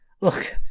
look